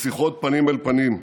בשיחות פנים-אל-פנים.